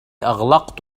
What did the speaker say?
أغلقت